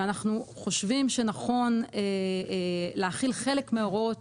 אנחנו חושבים שנכון להחיל חלק מההוראות